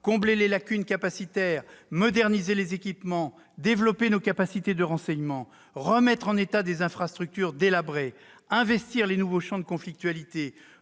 combler les lacunes capacitaires, moderniser les équipements, développer nos capacités de renseignement, remettre en état des infrastructures délabrées, investir les nouveaux champs de conflictualité,